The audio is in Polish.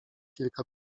kilka